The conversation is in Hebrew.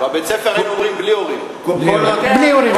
בבית-ספר היינו אומרים: בלי הורים.